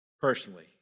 personally